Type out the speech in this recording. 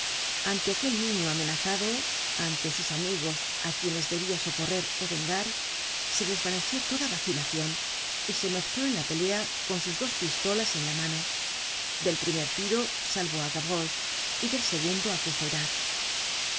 ante aquel niño amenazado ante sus amigos á quienes debia socorrer ó vengar se desvaneció toda vacilacion y se mezcló en la pelea con sus dos pistolas en la mano del primer tiro salvó á gavroche y del segundo á